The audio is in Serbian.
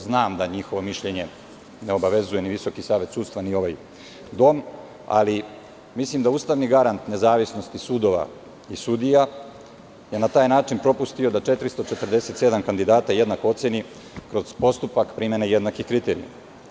Znam da njihovo mišljenje ne obavezuje ni Visoki savet sudstva, ni ovaj dom, ali mislim da je ustavni garant nezavisnosti sudova i sudija na taj način propustio da 447 kandidata jednako oceni kroz postupak primene jednakih kriterijuma.